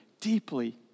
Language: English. deeply